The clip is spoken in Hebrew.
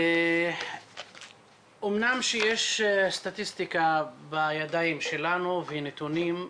אמנם יש סטטיסטיקה בידיים שלנו ונתונים,